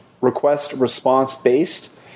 request-response-based